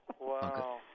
Wow